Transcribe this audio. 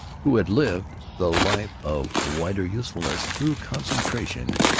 who had lived the life of wider usefulness through concentration,